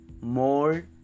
more